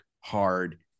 hard